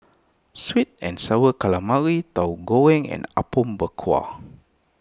Sweet and Sour Calamari Tahu Goreng and Apom Berkuah